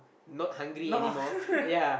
not hungry anymore ya